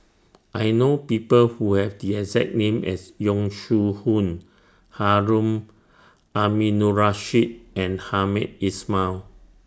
I know People Who Have The exact name as Yong Shu Hoong Harun Aminurrashid and Hamed Ismail